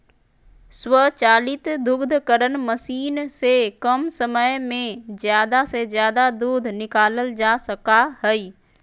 स्वचालित दुग्धकरण मशीन से कम समय में ज़्यादा से ज़्यादा दूध निकालल जा सका हइ